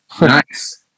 Nice